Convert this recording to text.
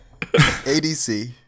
ADC